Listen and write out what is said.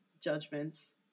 judgments